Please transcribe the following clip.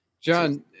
John